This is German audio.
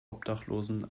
obdachlosen